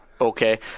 okay